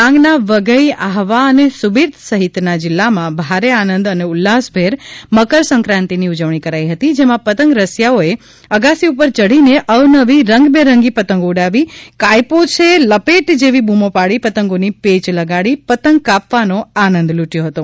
ડાંગના વધઇ આહવા અને સુબિર સહિત જીલ્લામાં ભારે આનંદ ઉલ્લાસભેર મકરસંક્રાતિની ઉજવણી કરાઇ હતી જેમાં પતંગ રસીયાઓએ અગાસી ઉપર ચઢીને અવનવી રંગબેરંગી પતંગો ઉડાવી કાઇપો છે લપેટ જેવી બુમોપાડી પતંગોની પેય લગાડી પતંગ કાપવાનો આનંદ લુટયો હતો